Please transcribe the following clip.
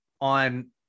on